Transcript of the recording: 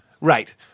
Right